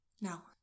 Now